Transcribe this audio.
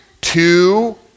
two